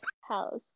house